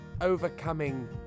overcoming